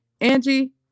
Angie